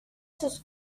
sus